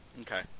Okay